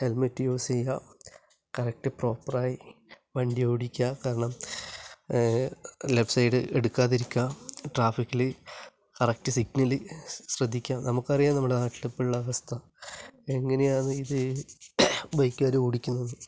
helmet use ചെയ്യുക correct പ്രോപ്പറായി വണ്ടി ഓടിക്കാത്തത് കാരണം ലെഫ്റ്റ് സൈഡ് എടുക്കാതിരിക്കുക ട്രാഫിക്കിൽ കറക്റ്റ് സിഗ്നല് ശ്രദ്ധിക്കാതെ നമുക്ക് അറിയാം നമ്മുടെ നാട്ടിലെ ഇപ്പോഴുള്ള അവസ്ഥ എങ്ങനെയാണ് ഇത് ബൈക്കുകാർ ഓടിക്കുന്നത്